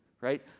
right